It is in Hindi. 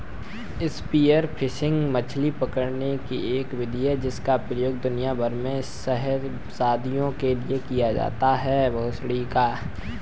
स्पीयर फिशिंग मछली पकड़ने की एक विधि है जिसका उपयोग दुनिया भर में सहस्राब्दियों से किया जाता रहा है